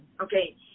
okay